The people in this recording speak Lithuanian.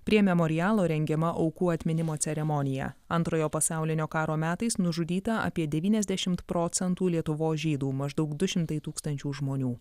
prie memorialo rengiama aukų atminimo ceremonija antrojo pasaulinio karo metais nužudyta apie devyniasdešimt procentų lietuvos žydų maždaug du šimtai tūkstančių žmonių